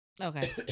Okay